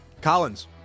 Collins